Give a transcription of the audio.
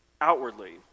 outwardly